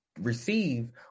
receive